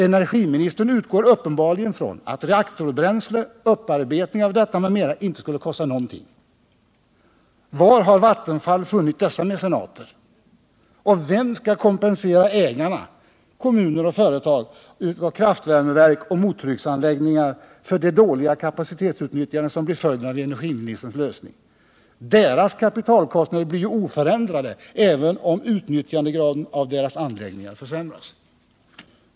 Energiministern utgår uppenbarligen från att reaktorbränsle, upparbetning av detta m.m. inte skulle kosta någonting! Var har Vattenfall funnit dessa mecenater? Och vem skall kompensera ägarna — kommuner och företag — av kraftvärmeverk och mottrycksanläggningar för det dåliga kapacitetsutnyttjande som blir följden av energiministerns lösning? Deras kapitalkostnader blir ju oförändrade, även om utnyttjandegraden av deras anläggningar försämras.